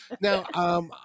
Now